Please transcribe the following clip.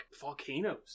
volcanoes